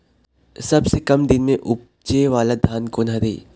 सबसे कम दिन म उपजे वाला धान कोन हर ये?